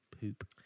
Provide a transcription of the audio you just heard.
poop